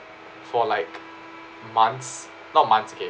for like months not months okay